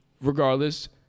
Regardless